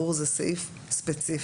זה סעיף ספציפי.